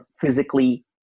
physically